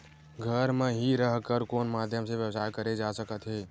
घर म हि रह कर कोन माध्यम से व्यवसाय करे जा सकत हे?